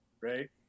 right